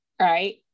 right